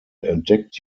entdeckt